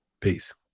peace